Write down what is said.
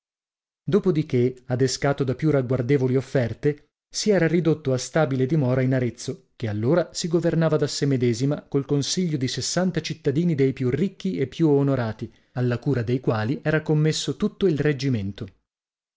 che adescato da più ragguardevoli offerte si era ridotto a stabile dimora in arezzo che allora si governava da sè medesima col consiglio di sessanta cittadini dei più ricchi e più onorati alla cura dei quali era commesso tutto il reggimento